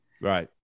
Right